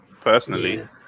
Personally